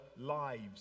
lives